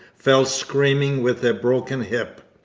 fell screaming with a broken hip.